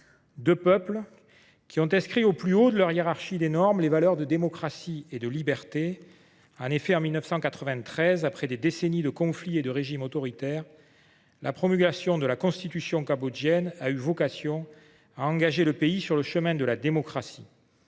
Deux peuples qui ont inscrit au plus haut de leur hiérarchie des normes les valeurs de démocratie et de liberté. En effet, en 1993, après des décennies de conflits et de régimes autoritaires, la promulgation de la Constitution cambodgienne a eu vocation à engager le pays sur le chemin de la démocratie.